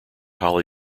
holly